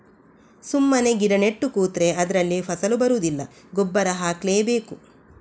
ಸುಮ್ಮನೆ ಗಿಡ ನೆಟ್ಟು ಕೂತ್ರೆ ಅದ್ರಲ್ಲಿ ಫಸಲು ಬರುದಿಲ್ಲ ಗೊಬ್ಬರ ಹಾಕ್ಲೇ ಬೇಕು